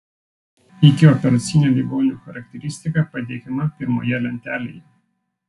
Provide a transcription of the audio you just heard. ikioperacinė ligonių charakteristika pateikiama pirmoje lentelėje